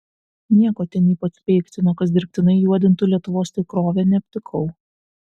nieko ten ypač peiktino kas dirbtinai juodintų lietuvos tikrovę neaptikau